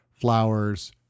flowers